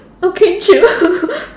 okay chill